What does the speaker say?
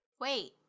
Wait